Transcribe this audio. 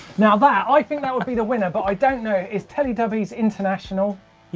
now that i think that will be the winner but i don't know is teletubbies international?